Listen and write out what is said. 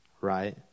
right